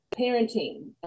parenting